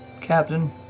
Captain